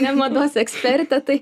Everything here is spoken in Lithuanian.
ne mados ekspertė tai